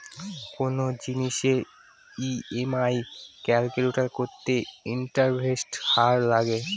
কোনো জিনিসের EMI calculate করতে ইন্টারেস্টের হার লাগে